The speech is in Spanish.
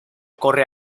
corre